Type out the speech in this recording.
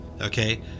okay